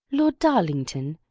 lord darlington,